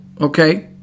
okay